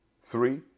three